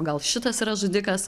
gal šitas yra žudikas